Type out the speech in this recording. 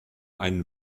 einen